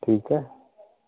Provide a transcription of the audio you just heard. ठीकु आहे